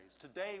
Today